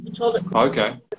Okay